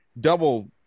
double